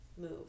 move